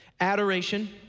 Adoration